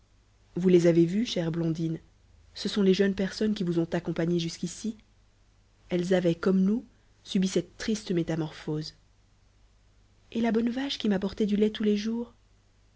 vous les avez vues chère blondine ce sont les jeunes personnes qui vous ont accompagnée jusqu'ici elles avaient comme nous subi cette triste métamorphose et la bonne vache qui m'apportait du lait tous les jours